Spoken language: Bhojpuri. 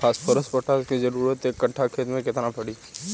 फॉस्फोरस पोटास के जरूरत एक कट्ठा खेत मे केतना पड़ी?